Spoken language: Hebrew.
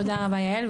תודה רבה, יעל.